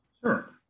sure